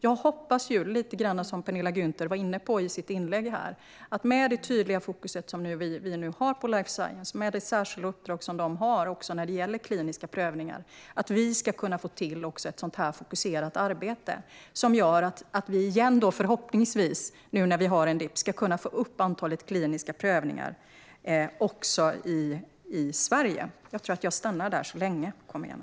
Jag hoppas ju, lite grann som också Penilla Gunther var inne på i sitt inlägg, att vi, med det tydliga fokus som vi nu har på life science och med det särskilda uppdrag som man där också har när det gäller kliniska prövningar, ska kunna få till ett fokuserat arbete som gör att vi förhoppningsvis ska kunna få upp antalet kliniska prövningar i Sverige igen.